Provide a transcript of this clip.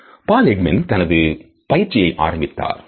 Paul Ekman தனது பயிற்சியை ஆரம்பித்தார்